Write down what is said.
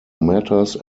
matters